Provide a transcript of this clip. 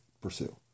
pursue